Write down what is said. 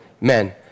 men